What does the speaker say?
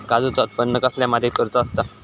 काजूचा उत्त्पन कसल्या मातीत करुचा असता?